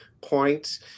points